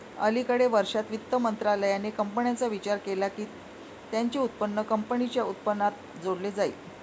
अलिकडे वर्षांत, वित्त मंत्रालयाने कंपन्यांचा विचार केला की त्यांचे उत्पन्न कंपनीच्या उत्पन्नात जोडले जाईल